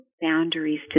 Boundaries